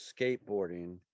skateboarding